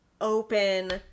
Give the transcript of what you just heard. open